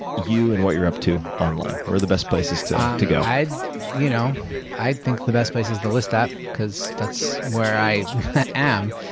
you and what you're up to online? where are the best places to um to go? i'd you know i'd think the best place is the list app because that's where i am.